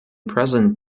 present